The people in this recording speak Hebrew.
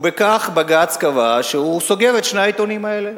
ובג"ץ קבע שהוא סוגר את שני העיתונים האלה.